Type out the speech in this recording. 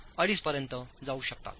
5 पर्यंत जाऊ शकतात